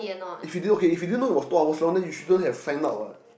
if you didn't okay if you didn't know it was two hours long then you shouldn't have signed up what